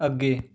ਅੱਗੇ